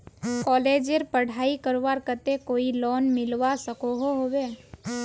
कॉलेजेर पढ़ाई करवार केते कोई लोन मिलवा सकोहो होबे?